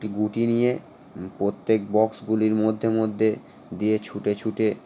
একটি গুটি নিয়ে প্রত্যেক বক্সগুলির মধ্যে মধ্যে দিয়ে ছুটে ছুটে